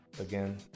again